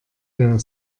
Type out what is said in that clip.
der